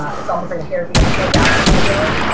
it's almost like hair being pulled out feeling.